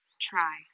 try